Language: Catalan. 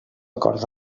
acord